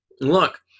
Look